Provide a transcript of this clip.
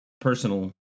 personal